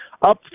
Up